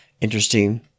interesting